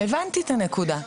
הבנתי את הנקודה.